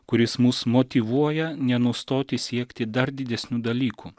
kuris mus motyvuoja nenustoti siekti dar didesnių dalykų